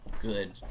Good